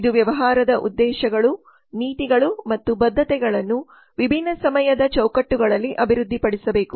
ಇದು ವ್ಯವಹಾರದ ಉದ್ದೇಶಗಳು ನೀತಿಗಳು ಮತ್ತು ಬದ್ಧತೆಗಳನ್ನು ವಿಭಿನ್ನ ಸಮಯದ ಚೌಕಟ್ಟುಗಳಲ್ಲಿ ಅಭಿವೃದ್ಹಿಪಡಿಸಬೇಕು